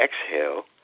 exhale